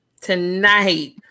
tonight